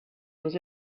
was